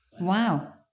Wow